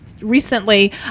recently